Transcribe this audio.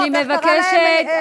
איך קרא להם אראל מרגלית?